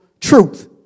truth